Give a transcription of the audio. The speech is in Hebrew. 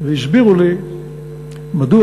והסבירו לי מדוע,